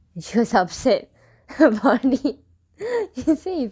and she was so upset